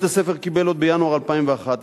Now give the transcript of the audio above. בית-הספר קיבל עוד בינואר 2011,